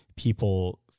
people